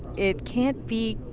it can't be.